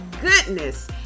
goodness